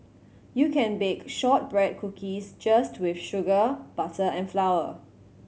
you can bake shortbread cookies just with sugar butter and flour